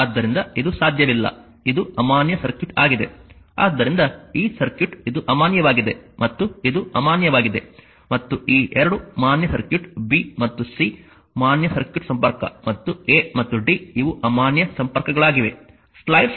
ಆದ್ದರಿಂದ ಇದು ಸಾಧ್ಯವಿಲ್ಲ ಇದು ಅಮಾನ್ಯ ಸರ್ಕ್ಯೂಟ್ ಆಗಿದೆ ಆದ್ದರಿಂದ ಈ ಸರ್ಕ್ಯೂಟ್ ಇದು ಅಮಾನ್ಯವಾಗಿದೆ ಮತ್ತು ಇದು ಅಮಾನ್ಯವಾಗಿದೆ ಮತ್ತು ಈ ಎರಡು ಮಾನ್ಯ ಸರ್ಕ್ಯೂಟ್ b ಮತ್ತು c ಮಾನ್ಯ ಸರ್ಕ್ಯೂಟ್ ಸಂಪರ್ಕ ಮತ್ತು a ಮತ್ತು d ಇವು ಅಮಾನ್ಯ ಸಂಪರ್ಕಗಳಾಗಿವೆ